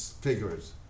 figures